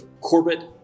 Corbett